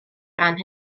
ran